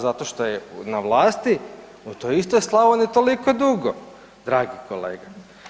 Zato što je na vlasti u toj istoj Slavoniji toliko dugo dragi kolega.